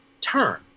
turn